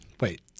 Wait